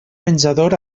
menjador